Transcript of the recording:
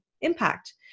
impact